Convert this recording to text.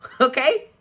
Okay